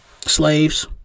slaves